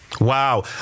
Wow